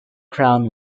crown